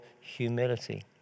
humility